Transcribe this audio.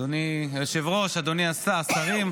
אדוני היושב-ראש, השרים,